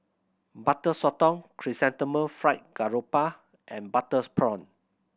Butter Sotong Chrysanthemum Fried Garoupa and butter prawn